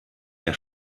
der